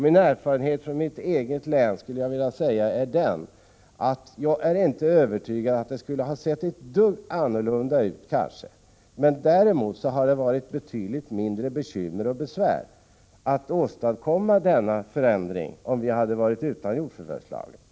Min erfarenhet från mitt eget län är den att jag inte är övertygad om att det skulle ha sett ett dugg annorlunda ut, däremot hade det varit betydligt mindre bekymmer och besvär att åstadkomma denna förändring, om vi inte hade haft jordförvärvslagen.